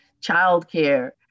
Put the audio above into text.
childcare